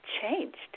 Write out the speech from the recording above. changed